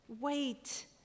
Wait